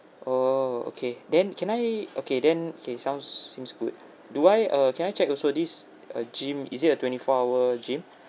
oh okay then can I okay then okay sounds seems good do I uh can I check also this uh gym is it a twenty four hour gym